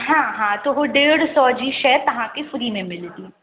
हा हा त हू डेढ़ सौ जी शइ तव्हांखे फ़्री में मिलंदी